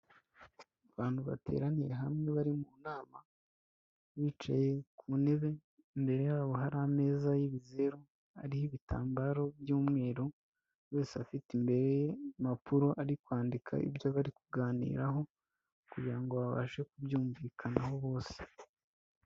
Abantu bateraniye hamwe bari mu nama bicaye ku ntebe, imbere yabo hari ameza y'ibizeru ariho ibitambaro by'umweru, buri wese afite imbere ye impapuro ari kwandika ibyo bari kuganiraho kugira ngo babashe kubyumvikanaho bose.